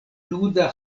nuda